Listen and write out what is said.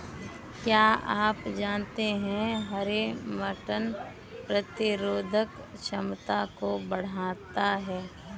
क्या आप जानते है हरे मटर प्रतिरोधक क्षमता को बढ़ाता है?